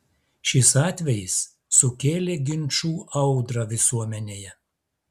šis atvejis sukėlė ginčų audrą visuomenėje